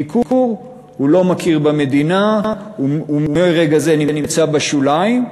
ניכור, הוא לא מכיר במדינה ומרגע זה נמצא בשוליים.